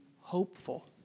hopeful